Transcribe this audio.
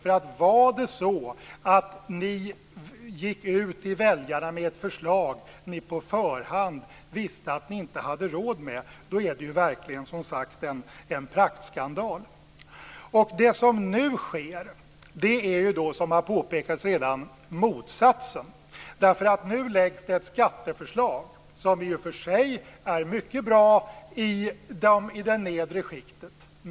Om det var så att ni gick ut till väljarna med ett förslag som ni på förhand visste att ni inte hade råd med så är det verkligen, som sagt, en praktskandal. Det som nu sker är, som redan har påpekats, motsatsen. Nu läggs det fram ett skatteförslag som i och för sig är mycket bra i det nedre skiktet.